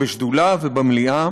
בשדולה ובמליאה.